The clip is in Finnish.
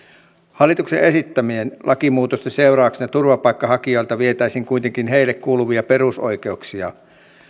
hallituksen esittämien lakimuutosten seurauksena turvapaikanhakijoilta vietäisiin kuitenkin heille kuuluvia perusoikeuksia